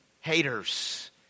haters